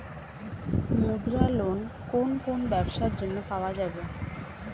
মুদ্রা লোন কোন কোন ব্যবসার জন্য পাওয়া যাবে?